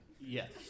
Yes